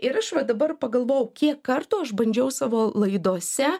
ir aš va dabar pagalvojau kiek kartų aš bandžiau savo laidose